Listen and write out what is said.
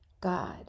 God